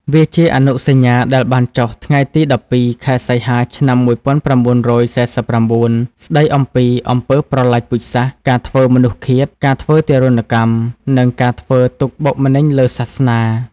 វាជាអនុសញ្ញាដែលបានចុះថ្ងៃទី១២ ខែសីហា ឆ្នាំ១៩៤៩ ស្ដីអំពីអំពើប្រល័យពូជសាសន៍ ការធ្វើមនុស្សឃាត ការធ្វើទារុណកម្ម និងការធ្វើទុក្ខបុកម្នេញលើសាសនា។